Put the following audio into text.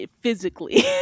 Physically